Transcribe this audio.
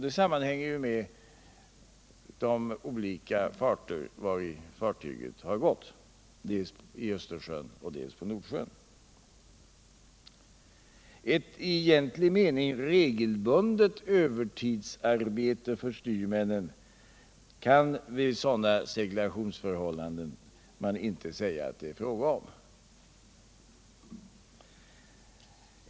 Det sammanhänger med de olika farter vari båten har gått dels i Östersjön, dels i Nordsjön. Ett i egentlig mening regelbundet övertidsarbete för styrmännen vid sådana seglationsförhållanden kan man inte säga att det är fråga om.